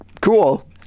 cool